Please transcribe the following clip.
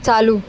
चालू